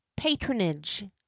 patronage